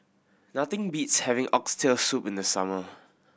nothing beats having Oxtail Soup in the summer